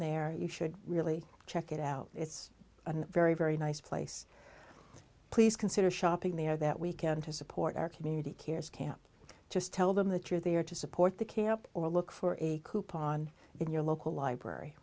there you should really check it out it's a very very nice place please consider shopping there that weekend to support our community cares camp just tell them that you're there to support the camp or look for a coupon in your local library